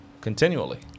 continually